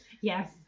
Yes